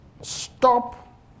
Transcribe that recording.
Stop